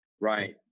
Right